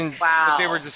Wow